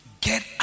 get